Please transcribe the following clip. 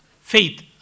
Faith